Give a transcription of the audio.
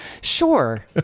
Sure